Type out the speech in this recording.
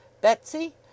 Betsy